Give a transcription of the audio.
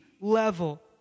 level